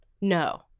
No